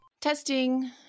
Testing